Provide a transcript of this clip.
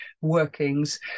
workings